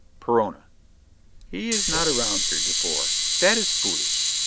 perona he is not around here, de boer. that is foolish.